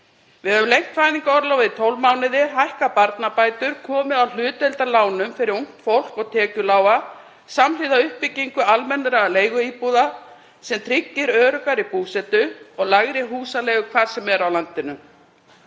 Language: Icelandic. Við höfum lengt fæðingarorlofið í 12 mánuði, hækkað barnabætur og komið á hlutdeildarlánum fyrir ungt fólk og tekjulága samhliða uppbyggingu almennra leiguíbúða sem tryggir öruggari búsetu og lægri húsaleigu hvar sem er á landinu.